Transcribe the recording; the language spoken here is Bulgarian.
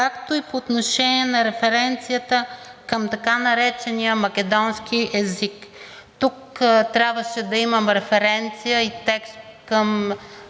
както и по отношение на референцията към така наречения македонски език. Тук трябваше да имам референция и текст към